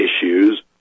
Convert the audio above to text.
issues